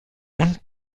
und